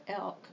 elk